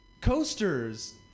coasters